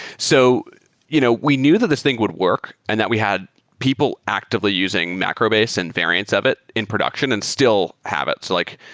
so you know we knew that this thing would work and that we had people actively using macrobase and variance of it in production and still have it. so like